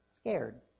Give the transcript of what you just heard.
scared